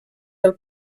del